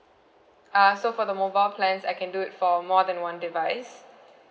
uh so for the mobile plans I can do it for more than one device